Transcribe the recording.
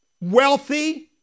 Wealthy